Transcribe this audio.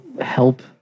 help